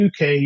UK